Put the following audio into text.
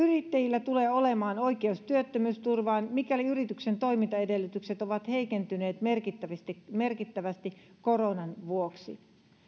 yrittäjällä tulee olemaan oikeus työttömyysturvaan mikäli yrityksen toimintaedellytykset ovat heikentyneet merkittävästi merkittävästi koronan vuoksi